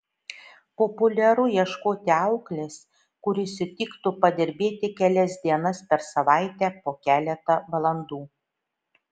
populiaru ieškoti auklės kuri sutiktų padirbėti kelias dienas per savaitę po keletą valandų